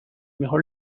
mejor